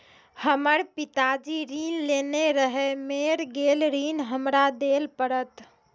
हमर पिताजी ऋण लेने रहे मेर गेल ऋण हमरा देल पड़त?